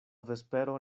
vespero